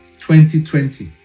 2020